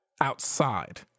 outside